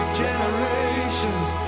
generations